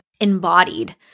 embodied